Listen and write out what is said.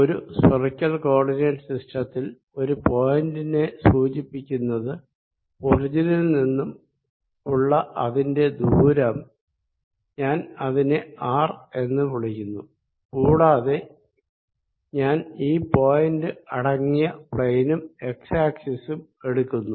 ഒരു spherical coordinate സിസ്റ്റത്തിൽ ഒരു പോയിന്റ്നെ സൂചിപ്പിക്കുന്നത് ഒറിജിനിൽ നിന്നും ഉള്ള അതിൻറെ ദൂരം ഞാൻ അതിനെ r എന്ന് വിളിക്കുന്നൂ കൂടാതെ ഞാൻ ഈ പോയിന്റ് അടങ്ങിയ പ്ളേനും z ആക്സിസും എടുക്കുന്നു